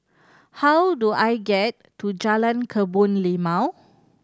how do I get to Jalan Kebun Limau